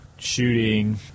shooting